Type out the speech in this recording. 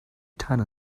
tanne